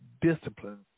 discipline